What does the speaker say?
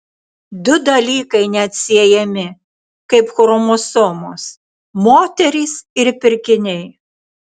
du dalykai neatsiejami kaip chromosomos moterys ir pirkiniai